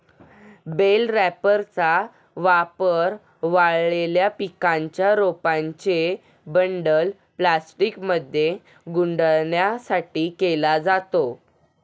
bell रॅपरचा वापर वाळलेल्या पिकांच्या रोपांचे बंडल प्लास्टिकमध्ये गुंडाळण्यासाठी केला जातो